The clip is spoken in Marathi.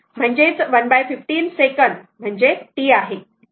म्हणजे 115 सेकंद म्हणजे τ आहे